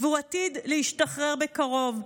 והוא עתיד להשתחרר בקרוב.